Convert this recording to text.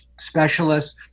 specialists